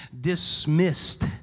dismissed